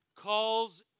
calls